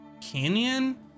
canyon